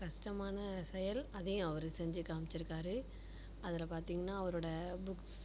கஷ்டமான செயல் அதையும் அவர் செஞ்சு காமிச்சிருக்கார் அதில் பார்த்திங்ன்னா அவரோட புக்ஸ்